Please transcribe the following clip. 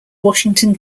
washington